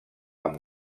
amb